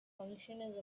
function